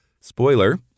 Spoiler